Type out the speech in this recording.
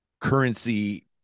currency